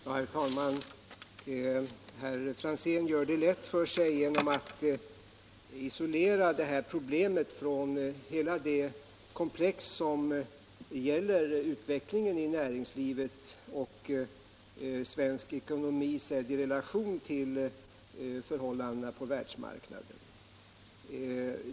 Herr talman! Herr Franzén gör det lätt för sig genom att isolera det här problemet från hela det komplex som gäller utvecklingen i näringslivet och svensk ekonomi sedd i relation till förhållandena på världsmarknaden.